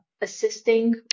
assisting